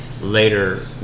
later